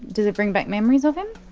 does it bring back memories of him?